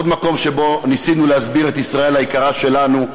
עוד מקום שבו ניסינו להסביר את ישראל היקרה שלנו,